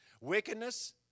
Wickedness